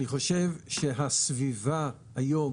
אני חושב שהסביבה היום